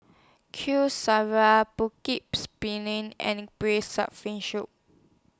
Kuih Syara Putu Piring and Braised Shark Fin Soup